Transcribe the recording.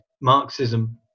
Marxism